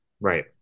Right